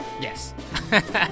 Yes